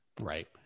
Right